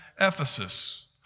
Ephesus